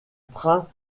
train